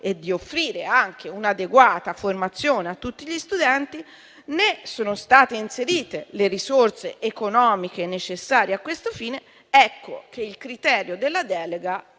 e di offrire anche un'adeguata formazione a tutti gli studenti, né sono state inserite le risorse economiche necessarie a questo fine, ecco che il criterio della delega